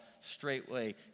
straightway